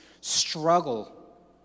struggle